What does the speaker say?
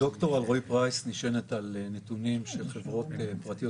ד"ר אלרעי-פרייס נשענת על נתונים של חברות פרטיות,